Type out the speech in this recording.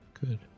good